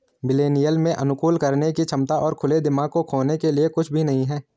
millennial में अनुकूलन करने की क्षमता और खुले दिमाग को खोने के लिए कुछ भी नहीं है